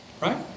Right